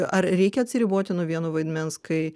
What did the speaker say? ar reikia atsiriboti nuo vieno vaidmens kai